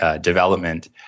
development